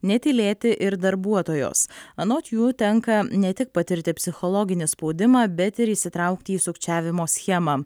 netylėti ir darbuotojos anot jų tenka ne tik patirti psichologinį spaudimą bet ir įsitraukti į sukčiavimo schemą